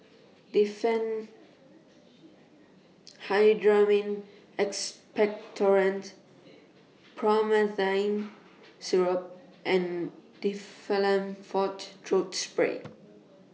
Diphenhydramine Expectorant Promethazine Syrup and Difflam Forte Throat Spray